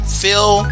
feel